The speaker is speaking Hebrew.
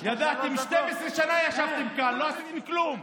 12 שנה ישבתם כאן, לא עשיתם כלום.